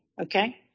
Okay